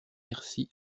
merci